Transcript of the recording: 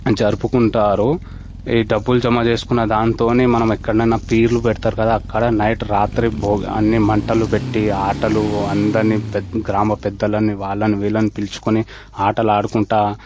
జరుపుకుంటారు ఈ డబ్బులు జమ చేసుకున్న దాంతోనే మనం ఎక్కడైనా పీర్లు పెడతారు కదా అక్కడ నైట్ రాత్రి భోగి అన్నీ మంటలు పెట్టి ఆటలు అందని పె గ్రామ పెద్దలు అని వాళ్ళని వీళ్ళని పిలుచుకొని ఆటలు ఆడుకుంటూ